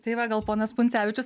tai va gal ponas puncevičius